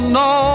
no